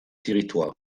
territoires